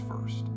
first